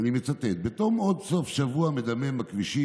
ואני מצטט: בתום עוד סוף שבוע מדמם בכבישים,